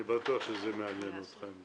אני בטוח שזה מעניין אתכם גם.